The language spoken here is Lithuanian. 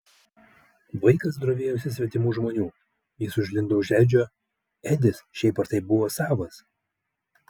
vaikas drovėjosi svetimų žmonių jis užlindo už edžio edis šiaip ar taip buvo savas